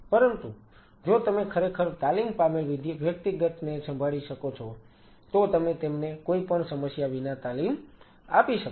પરંતુ જો તમે ખરેખર તાલીમ પામેલ વ્યક્તિગતને સંભાળી શકો છો તો તમે તેમને કોઈ પણ સમસ્યા વિના તાલીમ આપી શકો છો